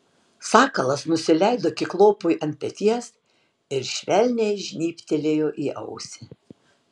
sakalas nusileido kiklopui ant peties ir švelniai žnybtelėjo į ausį